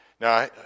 Now